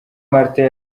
martin